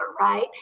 Right